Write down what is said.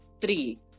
three